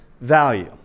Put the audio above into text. Value